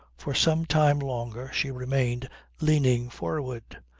for some time longer she remained leaning forward,